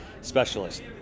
Specialist